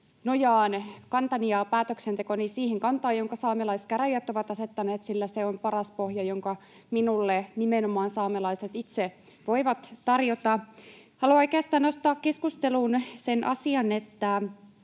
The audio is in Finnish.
nojaan kantani ja päätöksentekoni siihen kantaan, jonka saamelaiskäräjät ovat asettaneet, sillä se on paras pohja, jonka minulle nimenomaan saamelaiset itse voivat tarjota. Haluan oikeastaan nostaa keskusteluun sen asian, että